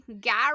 Gary